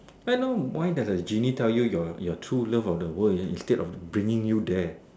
I know why does a genie tell you your your true love of the world instead of bringing you there